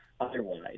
otherwise